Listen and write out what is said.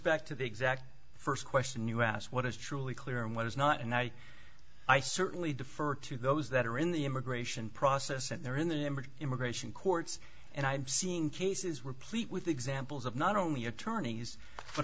back to the exact first question you asked what is truly clear and what is not and i i certainly defer to those that are in the immigration process and there in the immigration courts and i've seen cases replete with examples of not only attorneys but